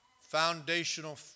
foundational